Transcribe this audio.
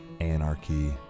anarchy